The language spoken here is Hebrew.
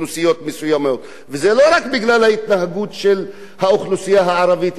זה לא רק בגלל ההתנהגות של האוכלוסייה הערבית אם היא כזו.